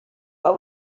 what